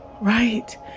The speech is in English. right